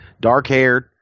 Dark-haired